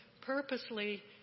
purposely